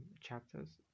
chapters